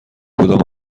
کدام